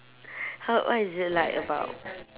!huh! what is it like about